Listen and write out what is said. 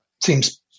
seems